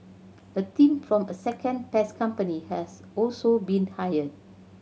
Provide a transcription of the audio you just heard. a team from a second pest company has also been hired